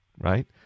right